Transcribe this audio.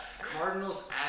Cardinals